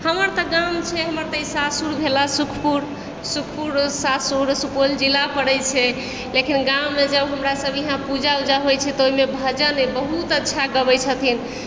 हमर तऽ गाम छै हमर तऽ ई सासुर भेलै सुखपुर सुखपुर सासुर सुपौल जिला पड़ै छै लेकिन गाममे जब हमरासभ इहाँ पूजा उजा होइ छै तऽ भजन बहुत अच्छा गाबैत छथिन